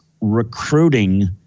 recruiting